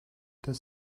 das